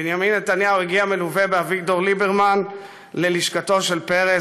בנימין נתניהו הגיע מלווה באביגדור ליברמן ללשכתו של פרס.